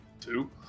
Two